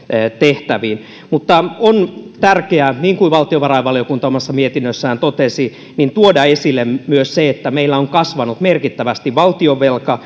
tehtäviin mutta on tärkeää niinkuin valtiovarainvaliokunta omassa mietinnössään totesi tuoda esille myös se että meillä on valtionvelka kasvanut merkittävästi